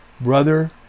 Brother